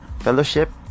fellowship